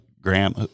Graham